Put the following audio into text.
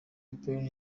bryne